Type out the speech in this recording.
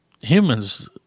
humans